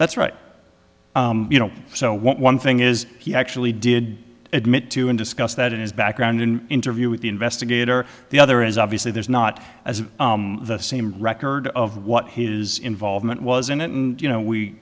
that's right you know so what one thing is he actually did admit to and discuss that in his background in interview with the investigator the other is obviously there's not as the same record of what his involvement was in it and you know we